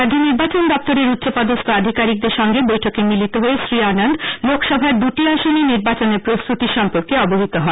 রাজ্য নির্বাচন দপ্তরের উষ্চ পদস্হ আধিকারিকদের সঙ্গে বৈঠকে মিলিত হয়ে শ্রী আনন্দ লোকসভার দুটি আসনে নির্বাচনের প্রস্তুতি সম্পর্কে অবহিত হন